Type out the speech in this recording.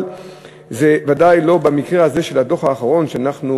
אבל זה ודאי לא במקרה הזה של הדוח האחרון, שאנחנו